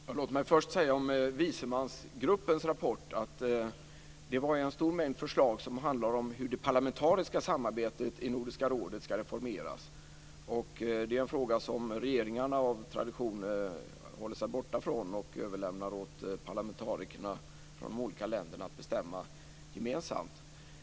Fru talman! Låt mig först säga om vismansgruppens rapport att det var en stor mängd förslag som handlar om hur det parlamentariska samarbetet i Nordiska rådet ska reformeras. Det är en fråga som regeringarna av tradition håller sig borta ifrån och överlämnar åt parlamentarikerna från de olika länderna att bestämma om gemensamt.